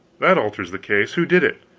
that alters the case. who did it?